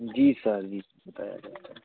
जी sir जी बताया गया था